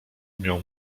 umiał